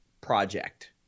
project